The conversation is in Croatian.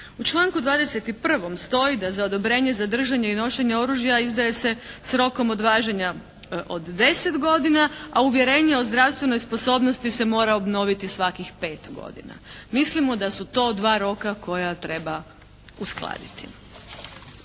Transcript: U članku 21. stoji da za odobrenje za držanje i nošenje oružja izdaje se s rokom važenja od 10 godina, a uvjerenje o zdravstvenoj sposobnosti se mora obnoviti svakih 5 godina. Mislimo da su to dva roka koja treba uskladiti.